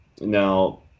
Now